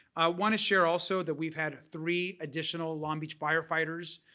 want to share also that we've had three additional long beach firefighters